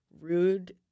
rude